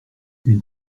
une